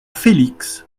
félix